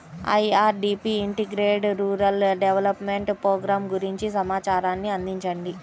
IRDP integrated rural development programme గురించి సమాచారాన్ని అందించండి?